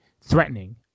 threatening